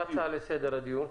מה ההצעה לסדר הדיון?